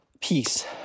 peace